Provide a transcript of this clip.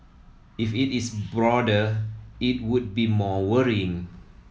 if it is broader it would be more worrying